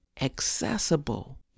accessible